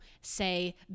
say